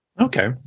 Okay